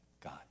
God